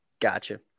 Gotcha